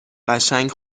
قشنگ